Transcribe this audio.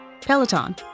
Peloton